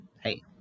hey